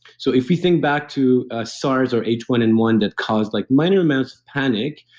so, if we think back to sars or h one n one that caused like minor amounts of panic,